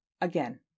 again